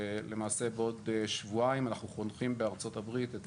למעשה בעוד שבועיים אנחנו חונכים בארצות הברית את